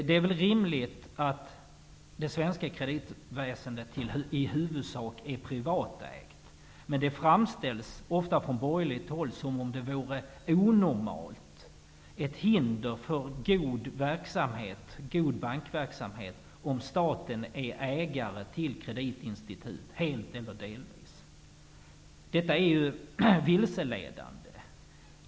Det är rimligt att det svenska kreditväsendet i huvudsak är privatägt. Men det framställs ofta från borgerligt håll som om det vore onormalt och ett hinder för god bankverksamhet om staten äger kreditinstitut helt eller delvis. Det är vilseledande.